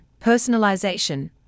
personalization